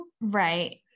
Right